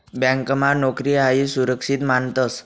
ब्यांकमा नोकरी हायी सुरक्षित मानतंस